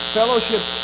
fellowship